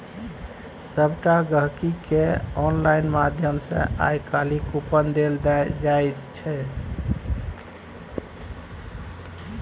सभटा गहिंकीकेँ आनलाइन माध्यम सँ आय काल्हि कूपन देल जाइत छै